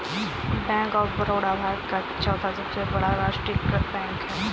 bank of Baroda Bharat का चौथा सबसे बड़ा राष्ट्रीयकृत बैंक है